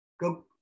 go